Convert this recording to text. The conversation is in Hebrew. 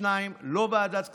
שניים בוועדת כספים,